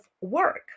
work